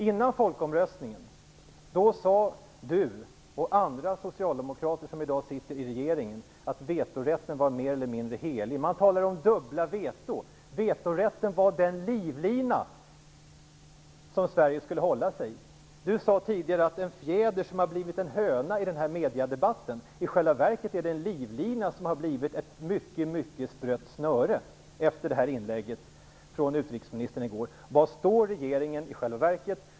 Innan folkomröstningen sade Mats Hellström och andra socialdemokrater som i dag sitter i regeringen att vetorätten var mer eller mindre helig. Man talade om dubbla veton. Vetorätten var den livlina som Sverige skulle hålla sig i. Mats Hellström sade tidigare att detta är en fjäder som i debatten i medierna har blivit en höna. I själva verket är det en livlina som har blivit ett mycket sprött snöre efter inlägget från utrikesministern i går. Var står regeringen i själva verket?